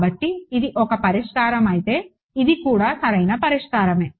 కాబట్టి ఇది ఒక పరిష్కారమైతే ఇది కూడా సరైన పరిష్కారమే